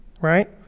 right